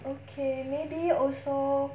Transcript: okay maybe also